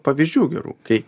pavyzdžių gerų kai